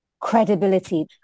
credibility